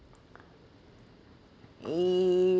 ya